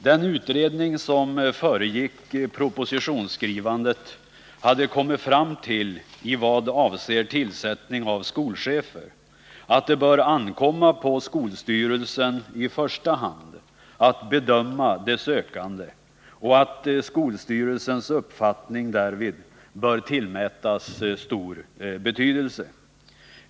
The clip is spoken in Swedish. Den utredning som föregick propositionsskrivandet hade kommit fram till, i vad avser tillsättning av skolchefer, att det bör ankomma på skolstyrelsen i första hand att bedöma de sökande och att dess uppfattning därvid bör tillmätas stor betydelse.